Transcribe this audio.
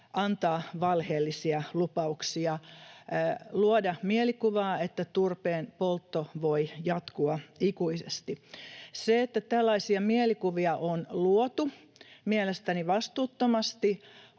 antaa valheellisia lupauksia, luoda mielikuvaa, että turpeenpoltto voi jatkua ikuisesti. Se, että tällaisia mielikuvia on luotu — mielestäni vastuuttomasti